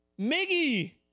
Miggy